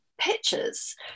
pictures